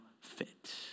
fit